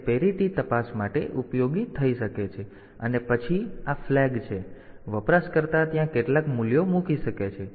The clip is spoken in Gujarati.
તેથી તે પેરિટી તપાસ માટે ઉપયોગી થઈ શકે છે અને પછી આ ફ્લેગ છે અને વપરાશકર્તા ત્યાં કેટલાક મૂલ્યો મૂકી શકે છે